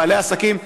בעלי העסקים,